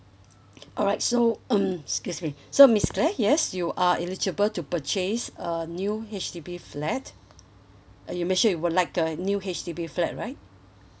alright so excuse me so miss claire yes you are eligible to purchase a new H_D_B flat uh you mentioned you would like a new H_D_B flat right